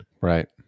Right